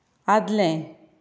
आदलें